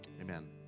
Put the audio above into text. Amen